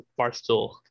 Barstool